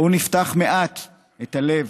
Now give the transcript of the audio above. בואו נפתח מעט את הלב,